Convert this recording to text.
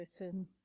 written